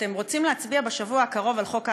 אתם רוצים להצביע בשבוע הקרוב על חוק ההסדרה.